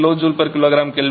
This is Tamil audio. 4 Cp for air 1